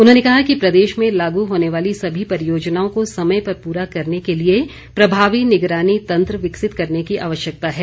उन्होंने कहा कि प्रदेश में लागू होने वाली सभी परियोजनाओं को समय पर पूरा करने के लिए प्रभावी निगरानी तंत्र विकसित करने की आवश्यकता है